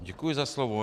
Děkuji za slovo.